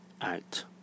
out